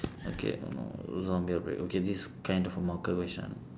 okay oh no zombie outbreak okay this kind of a question